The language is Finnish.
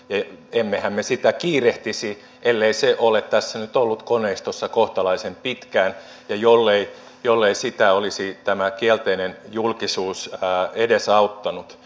emmehän me sitä kiirehtisi ellei se nyt olisi ollut tässä koneistossa kohtalaisen pitkään ja jollei sitä olisi tämä kielteinen julkisuus edesauttanut